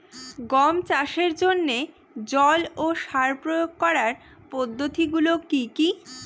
গম চাষের জন্যে জল ও সার প্রয়োগ করার পদ্ধতি গুলো কি কী?